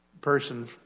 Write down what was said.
person